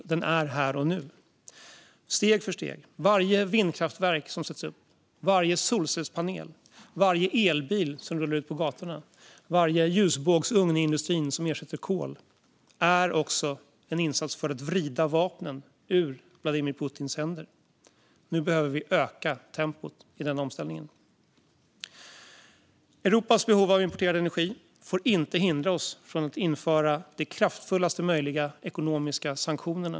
Den är här och nu, steg för steg. Varje vindkraftverk som sätts upp, varje solcellspanel, varje elbil som rullar ut på gatorna och varje ljusbågsugn i industrin som ersätter kol är också en insats för att vrida vapnen ur Vladimir Putins händer. Nu behöver vi öka tempot i den omställningen. Europas behov av importerad energi får inte hindra oss från att införa kraftfullast möjliga ekonomiska sanktioner.